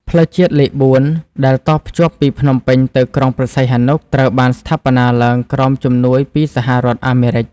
ផ្លូវជាតិលេខ ៤ ដែលតភ្ជាប់ពីភ្នំពេញទៅក្រុងព្រះសីហនុ ត្រូវបានស្ថាបនាឡើងក្រោមជំនួយពីសហរដ្ឋអាមេរិក។